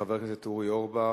חבר הכנסת אורי אורבך,